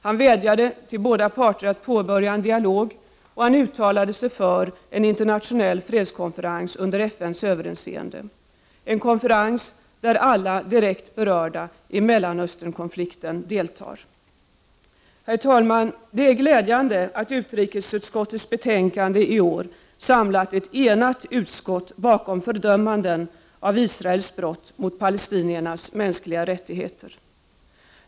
Han vädjade till båda parter att påbörja en dialog, och han uttalade sig för en internationell fredskonferens under FN:s överinseende — en konferens där alla direkt berörda i Mellanösternkonflikten deltar. Herr talman! Det är glädjande att utrikesutskottets betänkande i år samlat ett enat utskott bakom fördömanden av Israels brott mot palestiniernas mänskliga rättigheter.